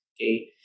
Okay